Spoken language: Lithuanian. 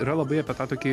yra labai apie tą tokį